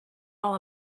all